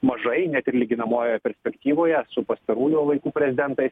mažai net ir lyginamojoje perspektyvoje su pastarųjų laikų prezidentais